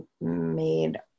made